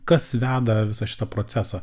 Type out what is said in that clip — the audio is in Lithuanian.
kas veda visą šitą procesą